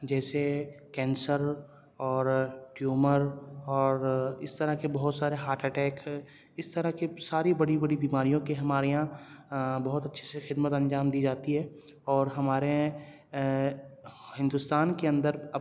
جیسے کینسر اور ٹیومر اور اس طرح کے بہت سارے ہارٹ اٹیک اس طرح کے ساری بڑی بڑی بیماریوں کے ہمارے یہاں بہت اچھے سے خدمت انجام دی جاتی ہے اور ہمارے ہندوستان کے اندر اب